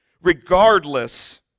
Regardless